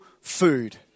food